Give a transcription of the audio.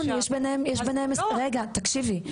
רגע תקשיבי,